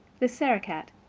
the sarah-cat,